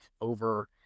Over